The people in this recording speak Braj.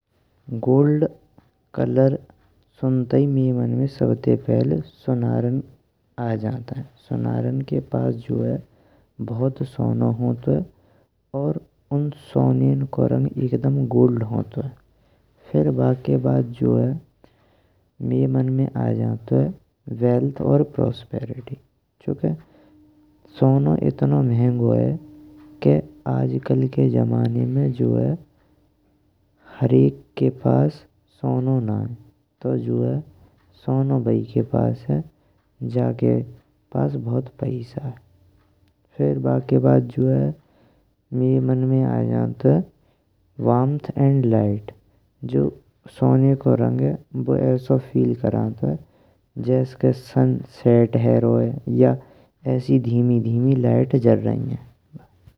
गोल्ड कलर सुनते हिए मैये मन में सबसे पहिले सुनहर आए जानतें, सुनहरन के पास जो है बहुत सोनो हन्तुए। और उन सोनेन को रंग एक दम गोल्ड हन्तुए, फिर बाके बाद जो है मैये मन में आए जानतुए वेल्थ और प्रॉस्पेरिटी चुनके सोनो इतनो मांग हो है के आज कल के जमाने में हरेक के पास सोनो नाये। बाई के पास है जाके पास बहुत पैइसा है फिर बाके बाद जो है। मैये मन में आए जानतुए है वॉर्म्थ ऐंड लाइट जो सोने को रंग है वो ऐसो फील करन्तेये जैस के सनसेट है राहो हे या ऐसी धीमी धीमी लाइट जार रही हैं।